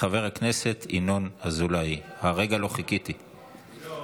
חבר הכנסת ינון אזולאי, הרגע שחיכיתי לו.